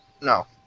No